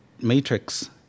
matrix